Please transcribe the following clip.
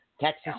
Texas